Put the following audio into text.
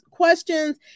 questions